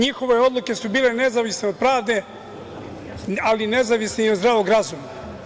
Njihove odluke su bile nezavisne od pravde, ali nezavisne i od zdravog razuma.